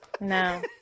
No